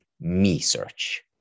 me-search